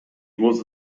was